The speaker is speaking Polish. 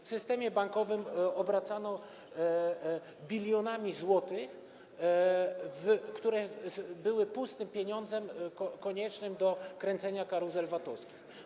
W systemie bankowym obracano bilionami złotych, które były pustym pieniądzem koniecznym do kręcenia karuzel VAT-owskich.